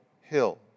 hill